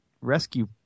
rescue